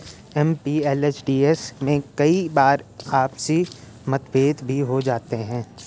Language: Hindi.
एम.पी.एल.ए.डी.एस में कई बार आपसी मतभेद भी हो जाते हैं